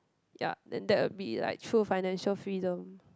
ya then that will be like true financial freedom